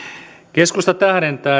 keskusta tähdentää